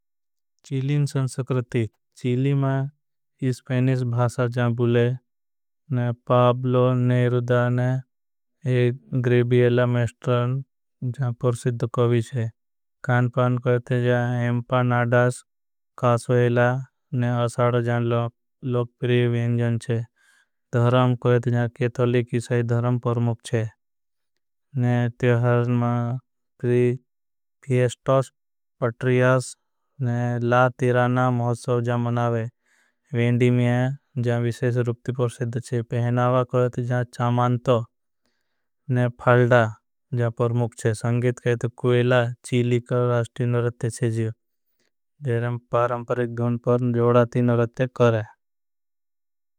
चीली संसक्रति चीली माई इस्पैनिस भासा जान बुले। नेरुदाने एक ग्रेबियेला मेश्टरण जान पूर्शिद कोवी छे। कोईत जान एम्पा नाडास कासवेला ने असाड जान। लोगपरी व्यंजन छे कोईत जान केथोली किसाई। धराम परमुख छे फियस्टोस। पत्रियास लातीराना महसौब जान मनावे जान छे। विशेश रुक्तिपूर्शिद छे पेहनावा कोईत जान चामान्तो। फाल्डा जान परमुख छे चीली कर राष्टी न रत्य छे जीव। जेरं पारंपरिक धून पर जोड़ाती न रत्य कर।